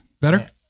Better